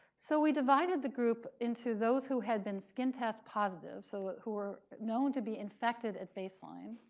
so we divided the group into those who had been skin test positive. so who were known to be infected at baseline,